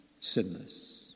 sinless